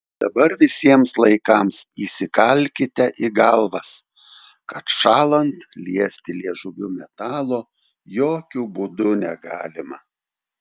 dabar visiems laikams įsikalkite į galvas kad šąlant liesti liežuviu metalo jokiu būdu negalima